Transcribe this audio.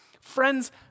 Friends